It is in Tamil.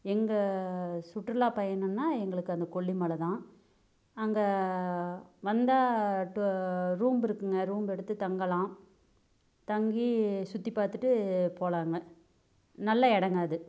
எங்கள் சுற்றுலா பயணன்னா எங்களுக்கு அந்த கொல்லிமலை தான் அங்கே வந்தால் டு ரூம்பு இருக்குங்க ரூம்பு எடுத்து தங்கலாம் தங்கி சுற்றி பார்த்துட்டு போகலாங்க நல்ல இடங்க அது